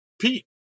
Pete